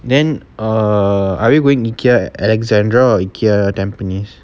then err are we going ikea alexandra or ikea tampines